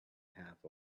half